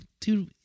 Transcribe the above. dude